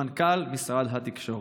למנכ"ל משרד התקשורת,